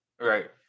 right